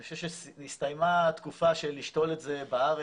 אני חושב שהסתיימה התקופה של לשתול את זה בארץ,